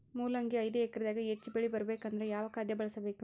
ಮೊಲಂಗಿ ಐದು ಎಕರೆ ದಾಗ ಹೆಚ್ಚ ಬೆಳಿ ಬರಬೇಕು ಅಂದರ ಯಾವ ಖಾದ್ಯ ಬಳಸಬೇಕು?